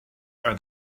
are